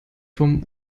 vom